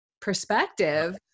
perspective